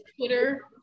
Twitter